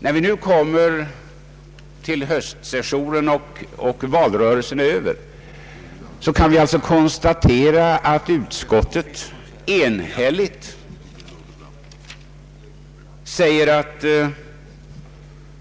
När vi nu kommer till höstsessionen och valrörelsen är över, kan vi konstatera att utskottet enhälligt säger att